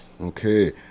okay